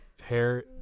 hair